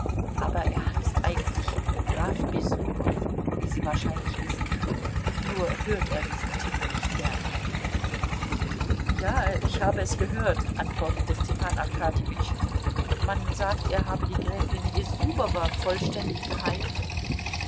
aber er heißt eigentlich graf bessubow wie sie wahrscheinlich wissen nur hört er diesen titel nicht gern ja ich habe es gehört antwortete stepan arkadjewitsch man sagt er habe die gräfin bessubowa vollständig geheilt